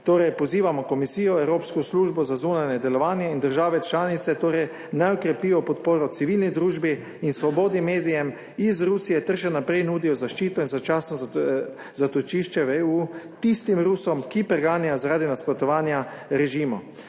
Torej pozivamo komisijo, evropsko službo za zunanje delovanje in države članice torej, naj okrepijo podporo civilni družbi in svobodi medijem iz Rusije ter še naprej nudijo zaščito in začasno zatočišče v EU tistim **10. TRAK: (TB) - 12.45** (nadaljevanje)